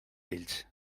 fills